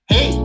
Hey